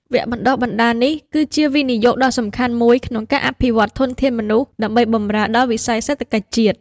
វគ្គបណ្តុះបណ្តាលនេះគឺជាការវិនិយោគដ៏សំខាន់មួយក្នុងការអភិវឌ្ឍធនធានមនុស្សដើម្បីបម្រើដល់វិស័យសេដ្ឋកិច្ចជាតិ។